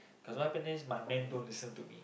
cause what happen then is my man don't listen to me